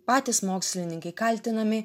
patys mokslininkai kaltinami